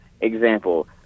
example